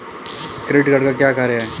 Credit card का क्या कार्य है?